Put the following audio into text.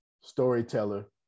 storyteller